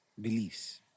beliefs